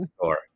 store